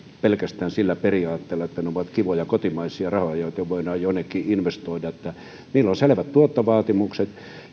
pelkästään sillä periaatteella että ne ovat kivoja kotimaisia rahoja joita voidaan jonnekin investoida vaan niillä on selvät tuottovaatimukset